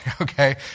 okay